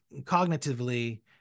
cognitively